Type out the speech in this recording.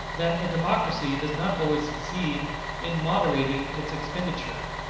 that a democracy does not always succeed in moderating its expenditure,